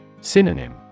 Synonym